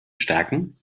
stärken